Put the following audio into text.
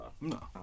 No